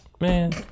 Man